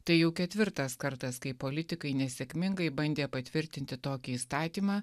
tai jau ketvirtas kartas kai politikai nesėkmingai bandė patvirtinti tokį įstatymą